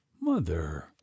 mother